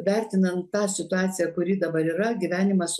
vertinant tą situaciją kuri dabar yra gyvenimas